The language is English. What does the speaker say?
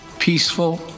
Peaceful